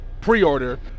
pre-order